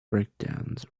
breakdowns